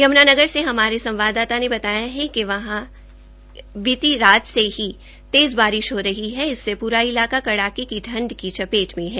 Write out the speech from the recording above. यम्नानगर से हमारे संवाददाता ने बताया कि वहां बीती रात से ही तेज बारिश हो रही है इससे पूरा इलाका कड़ाके की ठंड की चपेट में है